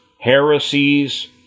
heresies